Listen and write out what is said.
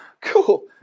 Cool